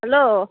hello